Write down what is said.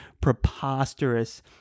preposterous